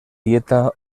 dieta